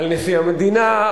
על נשיא המדינה,